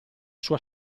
sua